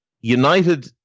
United